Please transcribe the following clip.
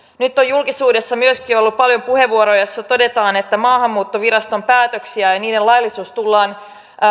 nyt on julkisuudessa myöskin ollut paljon puheenvuoroja joissa todetaan että maahanmuuttoviraston päätöksiä ja niiden laillisuutta tullaan